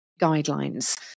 guidelines